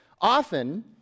Often